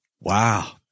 Wow